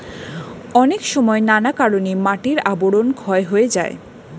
অনেক সময় নানা কারণে মাটির আবরণ ক্ষয় হয়ে যায়